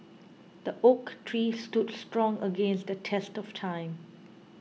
the oak tree stood strong against the test of time